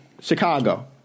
Chicago